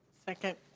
second.